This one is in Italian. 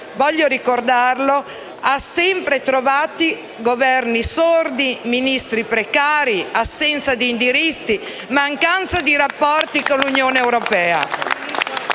voglio ricordarlo - ha sempre trovato Governi sordi, Ministri precari, assenza di indirizzi, mancanza di rapporti con l'Unione europea.